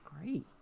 great